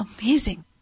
amazing